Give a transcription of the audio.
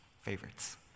favorites